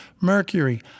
mercury